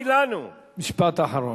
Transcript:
משפט אחרון.